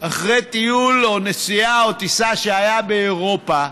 אחרי טיול או נסיעה או טיסה, שהיה באירופה,